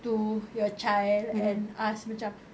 to your child and ask macam